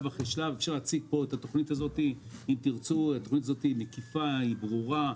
התכנית הזאת מקיפה, ברורה,